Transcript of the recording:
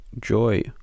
Joy